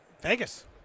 Vegas